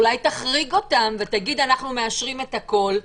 אולי תחריג אותם ותגיד: אנחנו מאשרים את הכול,